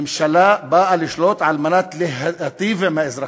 ממשלה באה לשלוט על מנת להיטיב עם האזרחים,